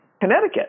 Connecticut